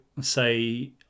say